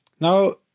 Now